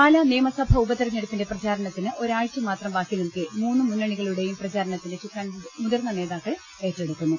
പാലാ നിയമസഭാ ഉപതിരഞ്ഞെടുപ്പിന്റെ പ്രചാരണത്തിന് ഒരാഴ്ച മാത്രം ബാക്കി നിൽക്കെ മൂന്ന് മുന്നണികളുടെയും പ്രചാരണ ത്തിന്റെ ചുക്കാൻ മുതിർന്ന നേതാക്കൾ ഏറ്റെടുക്കുന്നു